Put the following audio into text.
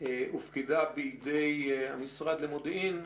הופקדה בידי המשרד למודיעין.